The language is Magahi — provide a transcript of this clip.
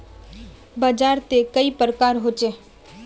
बाजार त कई प्रकार होचे?